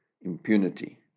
impunity